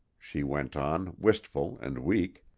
she went on, wistful and weak,